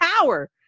power